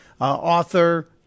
author